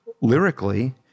lyrically